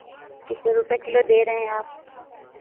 कितने रुपये किलो दे रहे हैं आप